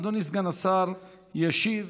אדוני סגן השר ישיב.